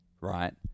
right